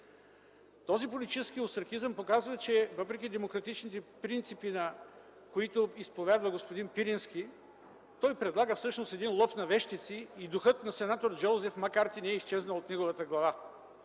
Този политически остракизъм показва, че въпреки демократичните принципи, които изповядва господин Пирински, той предлага всъщност един „лов на вещици” и духът на сенатор Джоузеф Маккарти не е изчезнал от неговата глава.